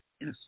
Yes